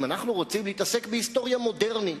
אם אנחנו רוצים להתעסק בהיסטוריה מודרנית.